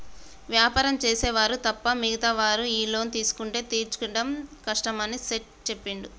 వ్యాపారం చేసే వారు తప్ప మిగతా వారు ఈ లోన్ తీసుకుంటే తీర్చడం కష్టమని సేట్ చెప్పిండు